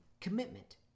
commitment